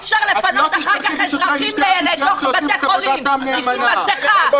אי-אפשר לפנות אחר כך אזרחים לתוך בתי חולים בשביל מסכה.